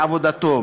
מעבודתו,